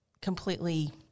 completely